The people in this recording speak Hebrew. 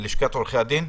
לשכת עורכי הדין.